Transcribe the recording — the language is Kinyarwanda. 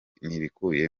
ibikubiye